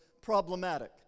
problematic